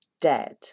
dead